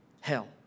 Hell